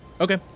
Okay